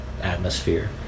atmosphere